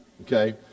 okay